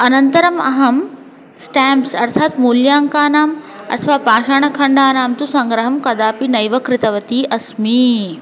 अनन्तरम् अहं स्टेम्प्स् अर्थात् मूल्याङ्कानाम् अथवा पाषाणखण्डानां तु सङ्ग्रहं कदापि नैव कृतवती अस्मि